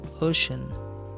ocean